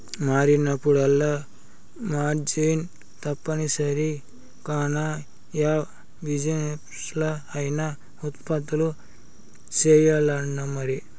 మారినప్పుడల్లా మార్జిన్ తప్పనిసరి కాన, యా బిజినెస్లా అయినా ఉత్పత్తులు సెయ్యాల్లమరి